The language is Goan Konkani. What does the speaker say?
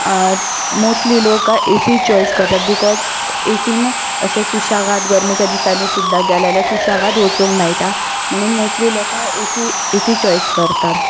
मोस्टली लोकय ए सी चॉयस करतात बिकॉज एसीन अशें सुशेगाद गरमेच्या दिसांनी सुद्दां गेले जाल्यार सुशेगाद वचूंक मेळटा म्हणून मोस्टली लोकां A C A C choice करतात